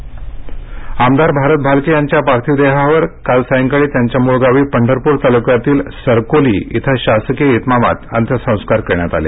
भालके अंत्यसंस्कार आमदार भारत भालके यांच्या पार्थिव देहावर आज सायंकाळी त्यांच्या मूळ गावी पंढरपूर तालुक्यातील सरकोली इथं शासकीय इतमामात अंत्यसंस्कार करण्यात आले